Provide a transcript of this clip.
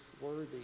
worthy